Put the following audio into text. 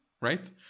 right